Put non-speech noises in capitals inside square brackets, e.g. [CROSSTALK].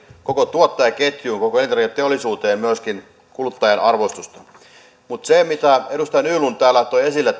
koko tuottajaketjuun koko elintarviketeollisuuteen kuluttajan arvostusta mutta tämä kannattavuus minkä edustaja nylund täällä toi esille [UNINTELLIGIBLE]